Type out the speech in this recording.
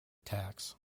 tax